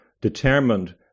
determined